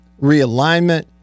realignment